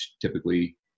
typically